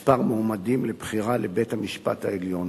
כמה מועמדים לבחירה לבית-המשפט העליון.